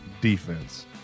defense